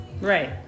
Right